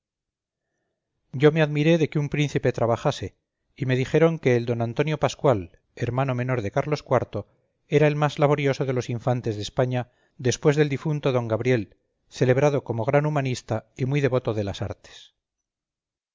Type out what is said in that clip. yo me admiré de que un príncipe trabajase y me dijeron que el don antonio pascual hermano menor de carlos iv era el más laborioso de los infantes de españa después del difunto d gabriel celebrado como gran humanista y muy devoto de las artes